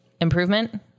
improvement